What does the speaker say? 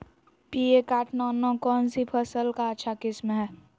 P एक आठ नौ नौ कौन सी फसल का अच्छा किस्म हैं?